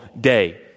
day